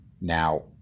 Now